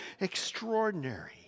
extraordinary